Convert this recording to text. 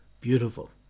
Beautiful